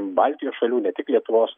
baltijos šalių ne tik lietuvos